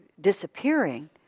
disappearing